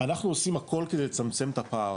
עושים הכול כדי לצמצם את הפער,